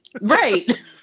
Right